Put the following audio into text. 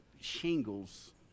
shingles